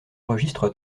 registre